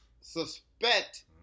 suspect